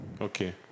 Okay